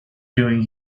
doing